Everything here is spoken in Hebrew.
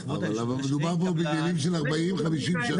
מדובר פה בבניינים של 40 ו-50 שנה.